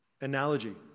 analogy